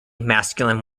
masculine